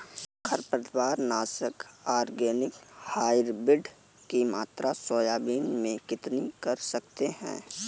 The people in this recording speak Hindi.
खरपतवार नाशक ऑर्गेनिक हाइब्रिड की मात्रा सोयाबीन में कितनी कर सकते हैं?